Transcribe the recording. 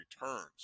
returns